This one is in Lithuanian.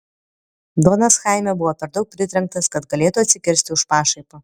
donas chaime buvo per daug pritrenktas kad galėtų atsikirsti už pašaipą